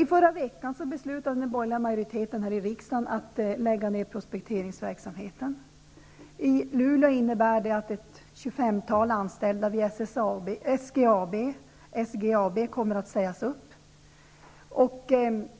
I förra veckan beslutade den borgerliga majoriteten här i riksdagen att lägga ner prospekteringsverksamheten. Det innebär att ett tjugofemtal anställda vid SGAB i Luleå kommer att sägas upp.